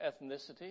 ethnicity